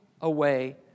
away